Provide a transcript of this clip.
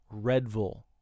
Redville